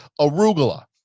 arugula